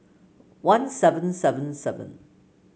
one seven seven seven